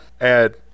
add